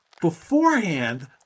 beforehand